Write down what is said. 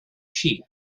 sheep